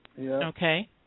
Okay